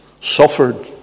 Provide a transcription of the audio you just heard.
suffered